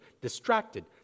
distracted